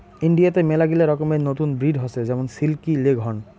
ইন্ডিয়াতে মেলাগিলা রকমের নতুন ব্রিড হসে যেমন সিল্কি, লেগহর্ন